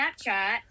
Snapchat